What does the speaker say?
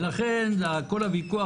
לכן כל הוויכוח,